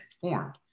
formed